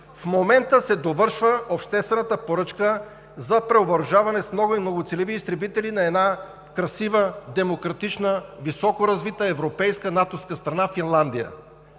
в момента се довършва обществената поръчка за превъоръжаване с нови и многоцелеви изтребители на една красива, демократична, високоразвита европейска натовска страна – Финландия.